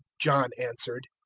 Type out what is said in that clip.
john answered,